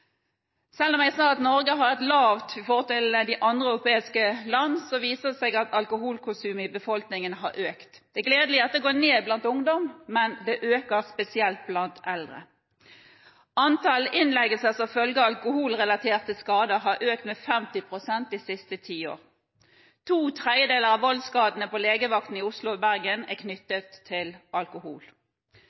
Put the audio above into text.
Selv om jeg sa at Norge har et lavt alkoholforbruk i forhold til andre europeiske land, viser det seg at alkoholkonsumet blant befolkningen har økt. Det er gledelig at det går ned blant ungdom, men det øker spesielt blant eldre. Antall innleggelser som følge av alkoholrelaterte skader, har økt med 50 pst. de siste ti år. To tredjedeler av voldsskadene på legevakten i Oslo og Bergen er knyttet til alkohol.